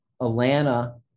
Atlanta